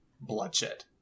bloodshed